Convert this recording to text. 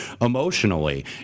emotionally